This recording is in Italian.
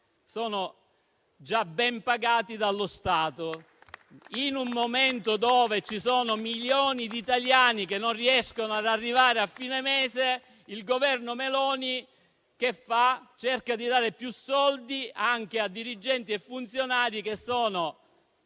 sono già ben pagati dallo Stato. In un momento in cui ci sono milioni di italiani che non riescono ad arrivare a fine mese, il Governo Meloni cosa fa? Cerca di dare più soldi anche a dirigenti e funzionari che,